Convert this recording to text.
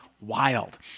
wild